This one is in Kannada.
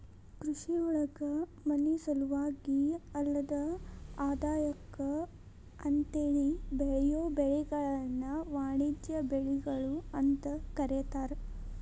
ಕೃಷಿಯೊಳಗ ಮನಿಸಲುವಾಗಿ ಅಲ್ಲದ ಆದಾಯಕ್ಕ ಅಂತೇಳಿ ಬೆಳಿಯೋ ಬೆಳಿಗಳನ್ನ ವಾಣಿಜ್ಯ ಬೆಳಿಗಳು ಅಂತ ಕರೇತಾರ